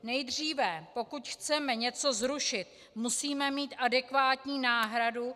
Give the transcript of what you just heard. Nejdříve, pokud chceme něco zrušit, musíme mít adekvátní náhradu.